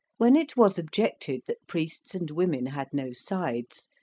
when it was objected that priests and women had no sides,